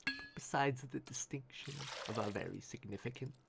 but besides the distinction of our very significance.